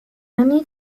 only